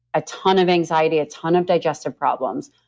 a ton of anxiety, a ton of digestive problems.